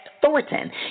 Thornton